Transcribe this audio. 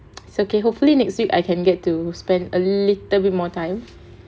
is okay hopefully next week I can get to spend a little bit more time